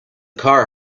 car